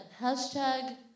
hashtag